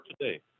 today